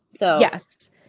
Yes